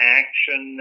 action